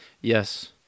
Yes